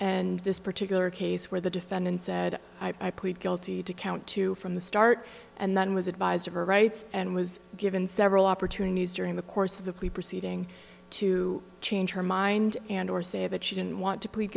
and this particular case where the defendant said i plead guilty to count two from the start and then was advised of her rights and was given several opportunities during the course of the plea proceeding to change her mind and or say that she didn't want to plead